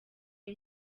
iyi